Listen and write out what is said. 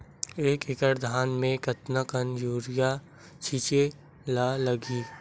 एक एकड़ धान में कतका यूरिया छिंचे ला लगही?